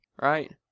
right